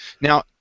Now